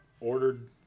ordered